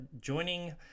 joining